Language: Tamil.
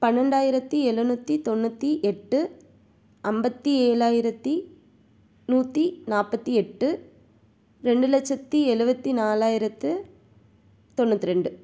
பன்னெண்டாயிரத்து எழுநூற்றி தொண்ணூற்றி எட்டு அம்பத்து ஏழாயிரத்து நூற்றி நாப்பத்து எட்டு ரெண்டு லட்சத்து எழுபத்து நாலாயிரத்து தொண்ணூத்ரெண்டு